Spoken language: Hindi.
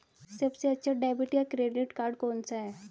सबसे अच्छा डेबिट या क्रेडिट कार्ड कौन सा है?